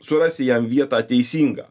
surasi jam vietą teisingą